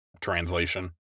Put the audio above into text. translation